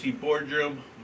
Boardroom